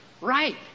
Right